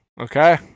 Okay